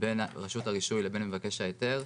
בין רשות הרישוי לבין מבקש ההיתר,